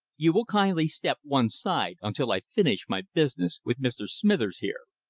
you will kindly step one side until i finish my business with mr. smithers here.